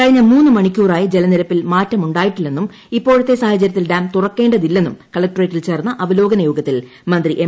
കഴിഞ്ഞ മൂന്നു മണിക്കൂറായി ജലനിരപ്പിൽ മാറ്റമുണ്ടായിട്ടില്ലെന്നും ഇപ്പോഴത്തെ സാഹചര്യത്തിൽ ഡാം തുറക്കേണ്ടതില്ലെന്നും കളക്ട്രേറ്റിൽ ചേർന്ന അവലോകനയോഗത്തിൽ മന്ത്രി എം